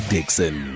Dixon